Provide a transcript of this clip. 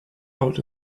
out